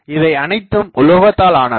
இவை அனைத்தும் உலோகத்தால் ஆனவை